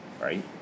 right